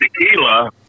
Tequila